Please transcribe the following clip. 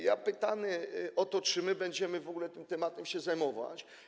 Ja pytany o to, czy będziemy w ogóle tym tematem się zajmować.